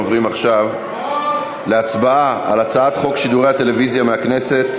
אנחנו עוברים עכשיו להצבעה על הצעת חוק שידורי הטלוויזיה מהכנסת,